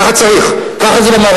ככה צריך, ככה זה במערב.